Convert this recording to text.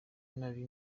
nari